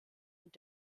und